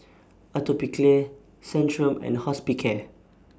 Atopiclair Centrum and Hospicare